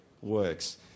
works